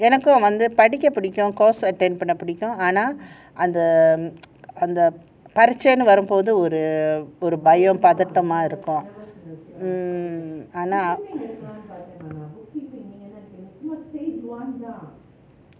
எனக்கும் வந்து படிக்க பிடிக்கும்:enakkum vanthu padikka pidikkum course attend பண்ண பிடிக்கும் ஆனா அந்த அந்த பரிட்சைன்னு வரும்போது ஒரு பயம் பதட்டமா இருக்கும்:panna pidikkum aanaa antha paritchainu varumbothu oru payam pathattamaa irukkum mm ஆனா:aanaa